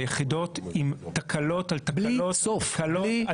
זה יחידות עם תקלות על תקלות בלי סוף.